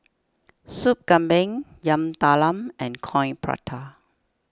Sup Kambing Yam Talam and Coin Prata